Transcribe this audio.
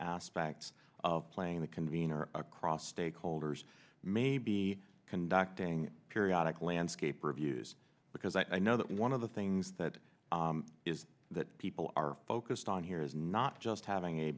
aspects of playing the convenor across stakeholders may be conducting periodic landscape reviews because i know that one of the things that is that people are focused on here is not just having a